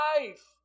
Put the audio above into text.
life